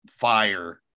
fire